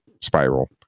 spiral